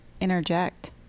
interject